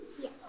Yes